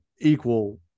equal